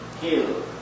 kill